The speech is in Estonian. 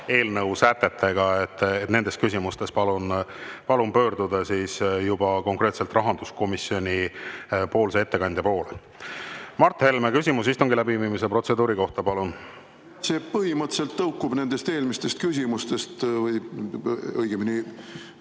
eelnõu sätetega, palun pöörduda konkreetselt rahanduskomisjonipoolse ettekandja poole. Mart Helme, küsimus istungi läbiviimise protseduuri kohta, palun! See põhimõtteliselt tõukub eelmistest küsimustest või õigemini